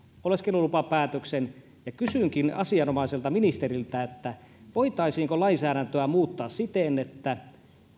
oleskelulupapäätöksen ja kysynkin asianomaiselta ministeriltä voitaisiinko lainsäädäntöä muuttaa siten että